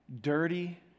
dirty